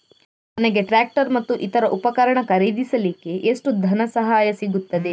ನನಗೆ ಟ್ರ್ಯಾಕ್ಟರ್ ಮತ್ತು ಇತರ ಉಪಕರಣ ಖರೀದಿಸಲಿಕ್ಕೆ ಎಷ್ಟು ಧನಸಹಾಯ ಸಿಗುತ್ತದೆ?